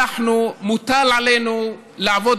מלינים על חוסר